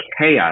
chaos